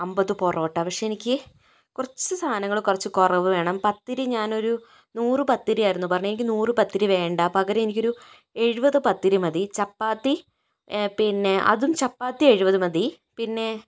അമ്പത് പൊറോട്ട പക്ഷേ എനിക്ക് കുറച്ച് സാധനങ്ങള് കുറച്ച് കുറവ് വേണം പത്തിരി ഞാനൊരു നൂറു പത്തിരിയായിരുന്നു പറഞ്ഞത് എനിക്ക് നൂറു പത്തിരി വേണ്ട പകരം എനിക്കൊരു എഴുപത് പത്തിരി മതി ചപ്പാത്തി പിന്നേ അതും ചപ്പാത്തി എഴുപത് മതി പിന്നേ